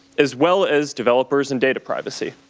as well as developers and data privacy.